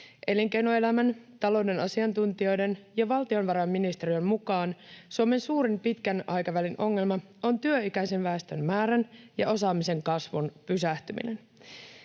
Elinkeinoelämän, talouden asiantuntijoiden ja valtiovarainministeriön mukaan Suomen suurin pitkän aikavälin ongelma on työikäisen väestön määrän ja osaamisen kasvun pysähtyminen.